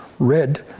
Red